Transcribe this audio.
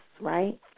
right